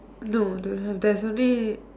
no don't have there is only